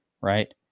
right